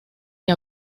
que